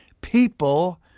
people